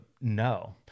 no